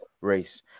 race